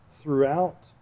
throughout